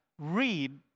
read